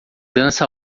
dança